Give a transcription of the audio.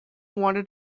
wanted